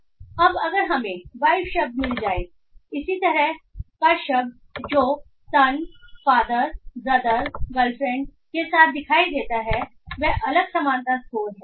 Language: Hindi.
इसलिए अब अगर हमें वाइफ शब्द मिल जाए इसी तरह का शब्द जो सन फादर ब्रदर गर्लफ्रेंड के साथ दिखाई देता है वह अलग समानता स्कोर है